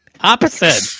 Opposite